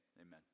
Amen